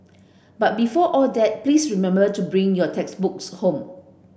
but before all that please remember to bring your textbooks home